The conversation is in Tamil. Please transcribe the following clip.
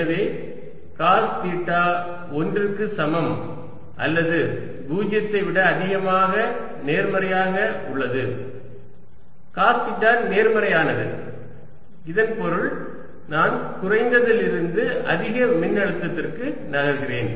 எனவே காஸ் தீட்டா 1 க்கு சமம் அல்லது 0 விட அதிகமாக நேர்மறையாக உள்ளது காஸ் தீட்டா நேர்மறையானது இதன் பொருள் நான் குறைந்ததிலிருந்து அதிக மின்னழுத்தத்திற்கு நகர்கிறேன்